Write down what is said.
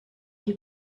who